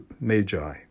magi